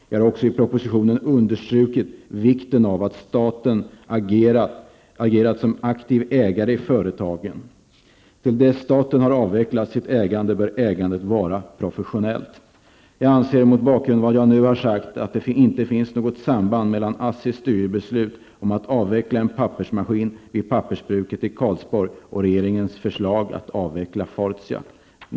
Jag har också i propositionen understrukit vikten av att staten agerat som aktiv ägare i företagen. Till dess staten har avvecklat sitt ägande bör ägandet vara professionellt. Jag anser mot bakgrund av vad jag nu har sagt att det inte finns något samband mellan ASSIs styrelsebeslut om att avveckla en pappersmaskin vid pappersbruket i Karlsborg och regeringens förslag att avveckla Fortia.